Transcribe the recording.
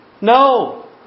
No